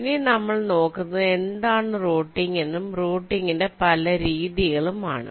ഇനി നമ്മൾ നോക്കുന്നത് എന്താണ് റൂട്ടിംഗ് എന്നും റൂട്ടിംഗ് ന്റെ പല രീതികളും ആണ്